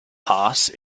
pass